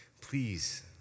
Please